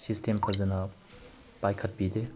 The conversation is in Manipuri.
ꯁꯤꯁꯇꯦꯝ ꯐꯖꯅ ꯄꯥꯏꯈꯠꯄꯤꯗꯦ